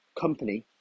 company